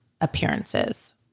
appearances